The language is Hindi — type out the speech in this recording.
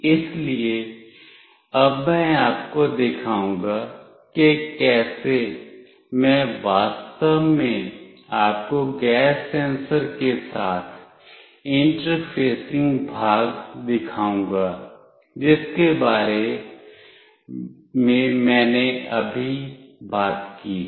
इसलिए अब मैं आपको दिखाऊंगा कि कैसे मैं वास्तव में आपको गैस सेंसर के साथ इंटरफेसिंग भाग दिखाऊंगा जिसके बारे में मैंने अभी बात की है